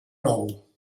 nou